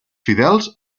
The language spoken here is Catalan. fidels